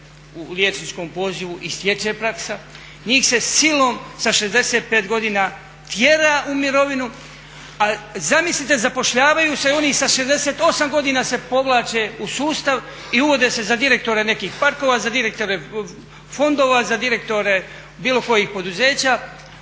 u liječničkom pozivu i stječe praksa, njih se silom sa 65 godina tjera u mirovinu a zamislite zapošljavaju se oni sa 68 godina se povlače u sustav i uvode se za direktore nekih parkova, za direktore fondova, za direktore bilo kojih poduzeća.